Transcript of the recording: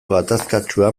gatazkatsua